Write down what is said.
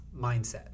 mindset